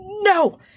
no